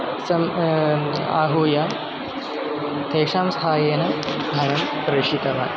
सम्यक् आहूय तेषां सहायेन धनं प्रेषितवान्